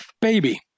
baby